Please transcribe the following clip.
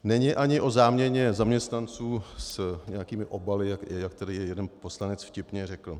Není ani o záměně zaměstnanců s nějakými obaly, jak tady jeden poslanec vtipně řekl.